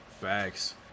Facts